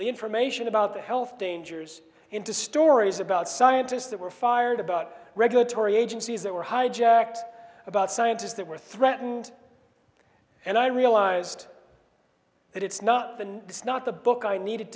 the information about the health dangers into stories about scientists that were fired about regulatory agencies that were hijacked about scientists that were threatened and i realized that it's not the it's not the book i needed